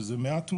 שזה מעט מאוד.